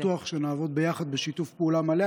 אני בטוח שנעבוד יחד בשיתוף פעולה מלא.